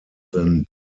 than